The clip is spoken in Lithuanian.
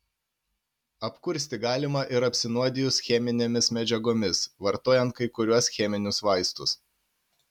apkursti galima ir apsinuodijus cheminėmis medžiagomis vartojant kai kuriuos cheminius vaistus